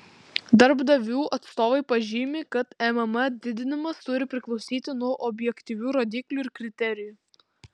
darbdavių atstovai pažymi kad mma didinimas turi priklausyti nuo objektyvių rodiklių ir kriterijų